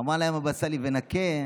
אמר להם הבבא סאלי: "ונקה"